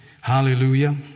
Hallelujah